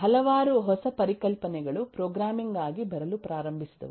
ಹಲವಾರು ಹೊಸ ಪರಿಕಲ್ಪನೆಗಳು ಪ್ರೋಗ್ರಾಮಿಂಗ್ ಆಗಿ ಬರಲು ಪ್ರಾರಂಭಿಸಿದವು